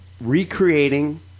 recreating